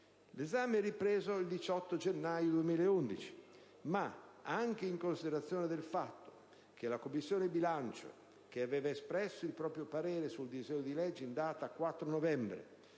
L'esame è ripreso il 18 gennaio 2011, ma - anche in considerazione del fatto che la Commissione bilancio, che aveva espresso il proprio parere sul disegno di legge in data 4 novembre,